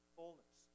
fullness